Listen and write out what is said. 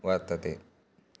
वर्तते